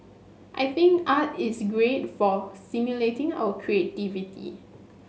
I think art is great for stimulating our creativity